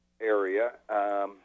area